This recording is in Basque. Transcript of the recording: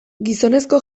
gizonezko